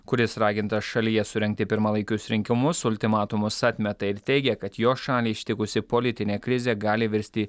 kuris ragintas šalyje surengti pirmalaikius rinkimus ultimatumus atmeta ir teigia kad jo šalį ištikusi politinė krizė gali virsti